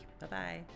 bye-bye